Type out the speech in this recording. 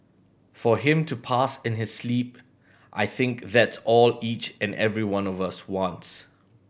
for him to pass in his sleep I think that's all each and every one of us wants